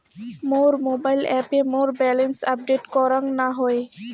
মোর mobile অ্যাপে মোর balance update করাং না হই